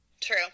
True